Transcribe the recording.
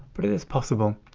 but it is possible.